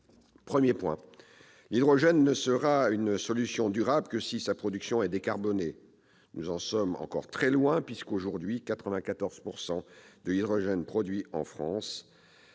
Tout d'abord, l'hydrogène ne sera une solution durable que si sa production est décarbonée. Nous en sommes encore très loin, puisque, aujourd'hui, 94 % de l'hydrogène produit en France l'est